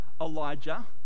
Elijah